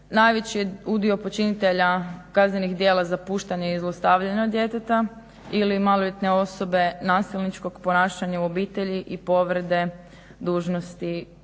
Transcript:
najveći je udio počinitelja kaznenih djela zapuštanja i zlostavljanja djeteta ili maloljetne osobe, nasilničkog ponašanja u obitelji i povrede dužnosti